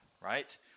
right